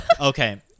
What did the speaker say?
Okay